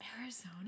Arizona